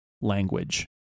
language